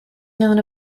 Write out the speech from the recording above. known